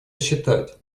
считать